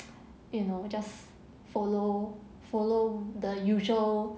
you know just follow follow the usual